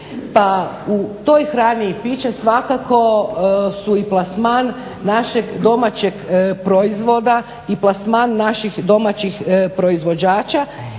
Pa u toj hrani i piću svakako su i plasman našeg domaćeg proizvoda i plasman naših domaćih proizvođača